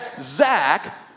Zach